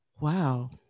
wow